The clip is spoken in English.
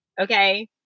Okay